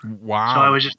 Wow